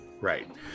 right